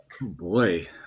boy